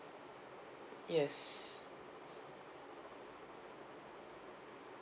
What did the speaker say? yes